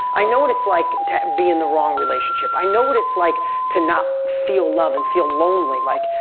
i know what it's like to be in the wrong relationship. i know what it's like to not feel love and feel lonely. like,